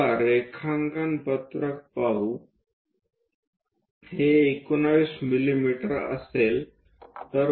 चला रेखांकन पत्रक पाहू हे 19 मिमी असेल